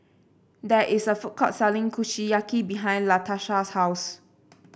there is a food court selling Kushiyaki behind Latarsha's house